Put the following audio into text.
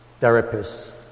therapists